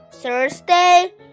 Thursday